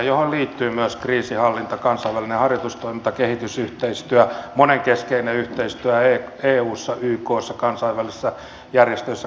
siihen liittyy myös kriisinhallinta kansainvälinen harjoitustoiminta kehitysyhteistyö monenkeskinen yhteistyö eussa ykssa kansainvälisissä järjestöissä ja kansalaistoiminnassa